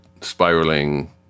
spiraling